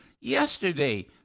Yesterday